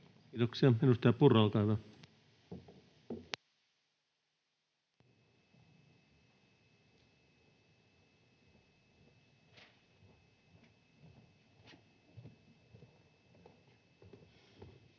Kiitoksia. — Edustaja Purra, olkaa hyvä. Arvoisa